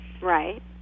Right